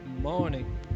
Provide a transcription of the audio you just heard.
morning